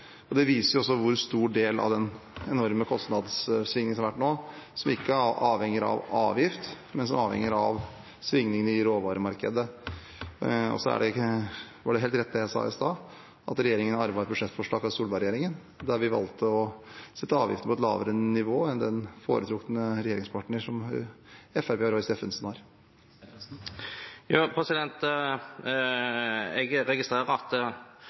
viser hvor stor del av den enorme kostnadssvingningen som har vært nå, som ikke avhenger av avgift, men som avhenger av svingninger i råvaremarkedet. Så var det jeg sa i sted, helt rett, at regjeringen arvet et budsjettforslag fra Solberg-regjeringen der vi valgte å sette avgifter på et lavere nivå enn den foretrukne regjeringspartneren til Fremskrittspartiet og Roy Steffensen. Jeg registrerer at finansministeren sier at